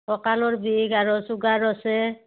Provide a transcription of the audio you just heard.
কঁকালৰ বিষ আৰু ছুগাৰ আছে